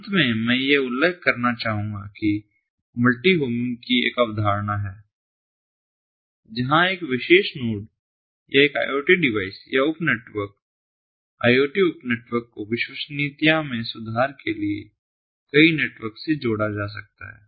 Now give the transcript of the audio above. अंत में मैं यह उल्लेख करना चाहूंगा कि मल्टी होमिंग की एक अवधारणा है जहां एक विशेष नोड या एक IoT डिवाइस या उप नेटवर्क IoT उप नेटवर्क को विश्वसनीयता में सुधार के लिए कई नेटवर्क से जोड़ा जा सकता है